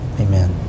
Amen